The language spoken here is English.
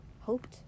hoped